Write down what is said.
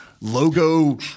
logo